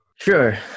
Sure